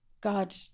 God